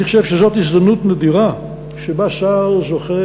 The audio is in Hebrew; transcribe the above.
אני חושב שזו הזדמנות נדירה שבה שר זוכה